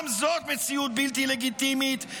גם זאת מציאות בלתי לגיטימית,